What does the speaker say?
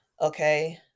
Okay